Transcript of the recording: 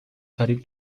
فریب